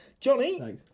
Johnny